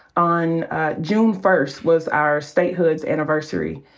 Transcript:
on june first was our statehood's anniversary.